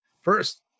first